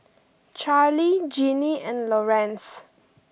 Charlie Jeanie and Lorenz